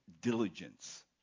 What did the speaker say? diligence